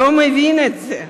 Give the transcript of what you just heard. לא מבין את זה.